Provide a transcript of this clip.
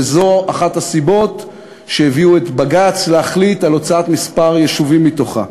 וזו אחת הסיבות שהביאו את בג"ץ להחליט על הוצאת כמה יישובים מתוכה.